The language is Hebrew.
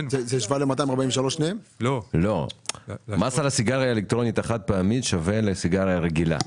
מס על הסיגריה האלקטרונית החד פעמית שווה למס על סיגריה רגילה.